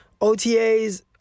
OTAs